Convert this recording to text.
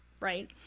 right